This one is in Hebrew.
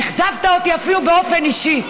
אכזבת אותי אפילו באופן אישי,